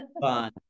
fun